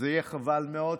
זה יהיה חבל מאוד.